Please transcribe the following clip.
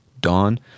Dawn